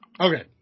Okay